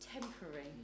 temporary